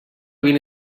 vint